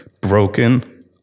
broken